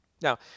Now